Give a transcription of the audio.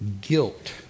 guilt